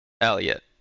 elliot